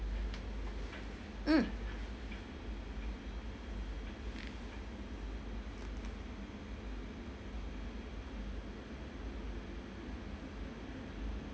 mm